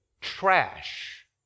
trash